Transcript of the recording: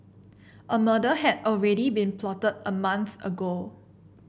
a murder had already been plotted a month ago